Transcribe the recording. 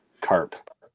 Carp